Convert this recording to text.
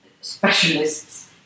specialists